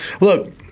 Look